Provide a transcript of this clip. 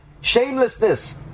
shamelessness